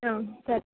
ಹಾಂ ಸರಿ